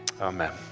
Amen